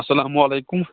اَسلامُ علیکُم